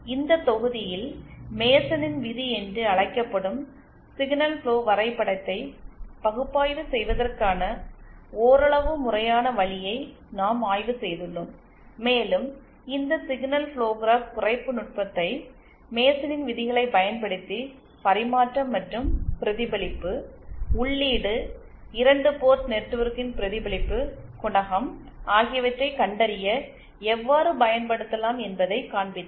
இந்த தொகுதியில் மேசனின் விதி என்று அழைக்கப்படும் சிக்னல் ஃபுளோ வரைபடத்தை பகுப்பாய்வு செய்வதற்கான ஓரளவு முறையான வழியை நாம் ஆய்வு செய்துள்ளோம் மேலும் இந்த சிக்னல் ஃபுளோ கிராப் குறைப்பு நுட்பத்தை மேசனின் விதிகளைப் பயன்படுத்தி பரிமாற்றம் மற்றும் பிரதிபலிப்பு உள்ளீடு 2 போர்ட் நெட்வொர்க்கின் பிரதிபலிப்பு குணகம் ஆகியவற்றைக் கண்டறிய எவ்வாறு பயன்படுத்தலாம் என்பதைக் காண்பித்தேன்